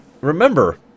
remember